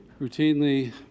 routinely